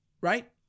Right